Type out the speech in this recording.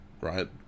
right